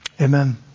amen